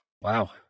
Wow